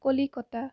Kolkata